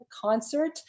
concert